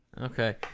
Okay